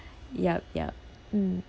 yup yup mm